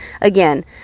Again